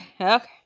Okay